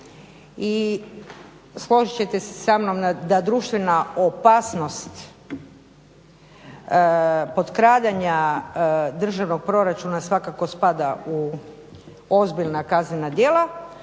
i složit ćete se sa mnom da društvena opasnost potkradanja državnog proračuna svakako spada u ozbiljna kaznena djela